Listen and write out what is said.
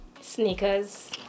Sneakers